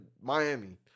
miami